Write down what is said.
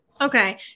Okay